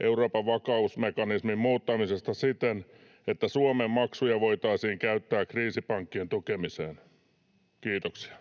Euroopan vakausmekanismin muuttamisesta siten, että Suomen maksuja voitaisiin käyttää kriisipankkien tukemiseen. — Kiitoksia.